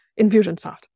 Infusionsoft